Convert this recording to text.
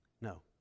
No